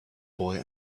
boy